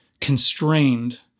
constrained